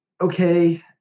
okay